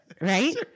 Right